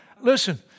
Listen